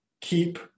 keep